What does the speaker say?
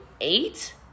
eight